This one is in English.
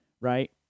right